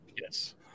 yes